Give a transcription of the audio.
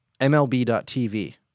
MLB.tv